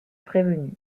prévenu